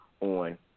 on